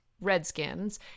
Redskins